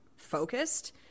focused